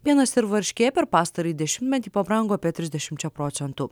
pienas ir varškė per pastarąjį dešimtmetį pabrango apie trisdešimčia procentų